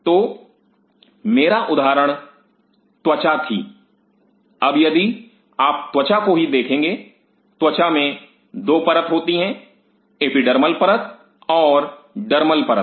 तो मेरा उदाहरण त्वचा थी अब यदि आप त्वचा को ही देखेंगे त्वचा में दो परत होती हैं एपिडर्मल परत और डर्मल परत